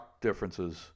differences